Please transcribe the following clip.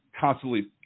constantly